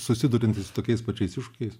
susiduriantys su tokiais pačiais iššūkiais